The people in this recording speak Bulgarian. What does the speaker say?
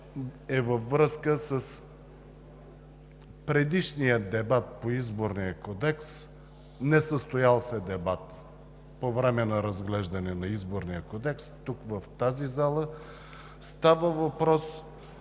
е във връзка с предишния дебат по Изборния кодекс, несъстоял се дебат по време на разглеждане на Изборния кодекс, тук, в тази зала. Става въпрос